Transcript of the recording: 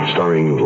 Starring